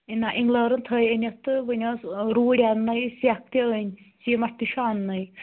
نہ اِنٛگلٲرٕن تھٲے أنِتھ تہٕ وٕنۍ ٲس روٗڑۍ انٛنَے سٮ۪کھ تہِ أنۍ سیٖمَٹھ تہِ چھُ اَننَے